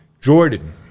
Jordan